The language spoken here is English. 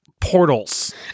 portals